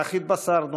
כך התבשרנו,